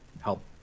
help